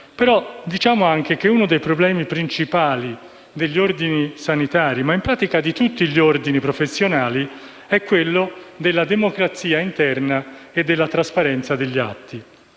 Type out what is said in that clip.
Diciamo anche, però, che uno dei problemi principali degli Ordini sanitari, ma in pratica di tutti gli Ordini professionali, è quello della democrazia interna e della trasparenza degli atti.